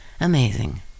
Amazing